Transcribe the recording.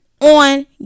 on